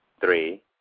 three